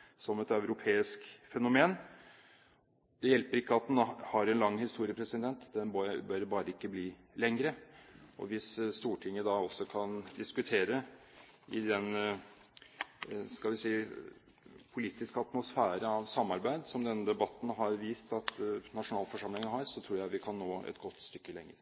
hjelper ikke med en lang historie; den bør bare ikke bli lengre. Og hvis Stortinget da også kan diskutere – skal vi si – i en politisk atmosfære av samarbeid som denne debatten har vist at nasjonalforsamlingen har, tror jeg vi kan nå et godt stykke lenger.